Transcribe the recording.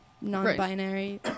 non-binary